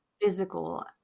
physical